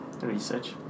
research